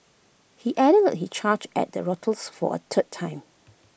he added he charged at the rioters for A third time